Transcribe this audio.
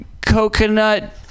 coconut